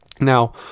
Now